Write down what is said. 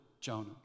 Jonah